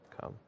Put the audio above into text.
come